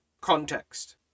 context